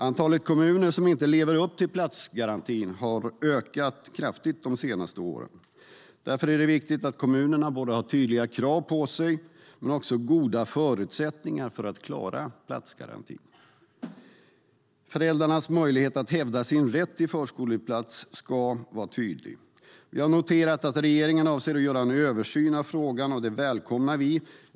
Antalet kommuner som inte lever upp till platsgarantin har ökat kraftigt de senaste åren. Därför är det viktigt att kommunerna har tydliga krav på sig men också goda förutsättningar för att klara platsgarantin. Föräldrarnas möjlighet att hävda sin rätt till förskoleplats ska vara tydlig. Vi har noterat att regeringen avser att göra en översyn av frågan. Det välkomnar vi.